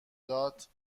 داد